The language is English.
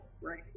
right